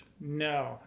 No